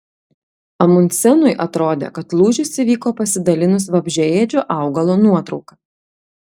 amundsenui atrodė kad lūžis įvyko pasidalinus vabzdžiaėdžio augalo nuotrauka